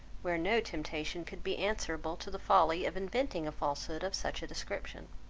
where no temptation could be answerable to the folly of inventing a falsehood of such a description.